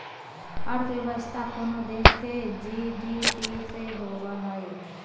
अर्थव्यवस्था कोनो देश के जी.डी.पी से होवो हइ